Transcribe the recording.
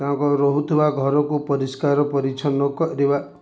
ତାଙ୍କ ରହୁଥିବା ଘରକୁ ପରିଷ୍କାର ପରିଚ୍ଛନ୍ନ କରିବା